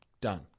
done